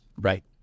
Right